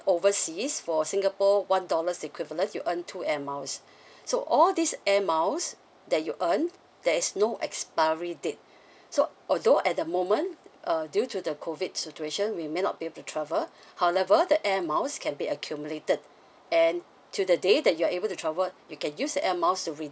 overseas for singapore one dollars equivalent you earn two air miles so all this air miles that you earn there is no expiry date so although at the moment uh due to the COVID situation we may not be able to travel however the air miles can be accumulated and to the day that you are able to travel you can use the air miles to